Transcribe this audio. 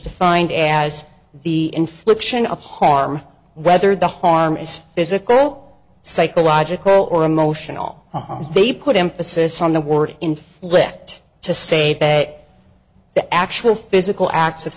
defined as the infliction of harm whether the harm is physical psychological or emotional they put emphasis on the word inflict to say the actual physical acts of